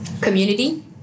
Community